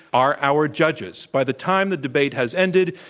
are our judges. by the time the debate has ended,